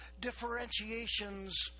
differentiations